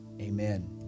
Amen